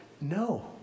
No